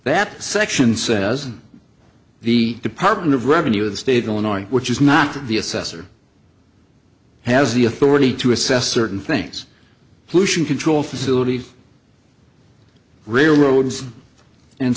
that section says the department of revenue or the state of illinois which is not the assessor has the authority to assess certain things pollution control facilities railroads and